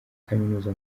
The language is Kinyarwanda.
kaminuza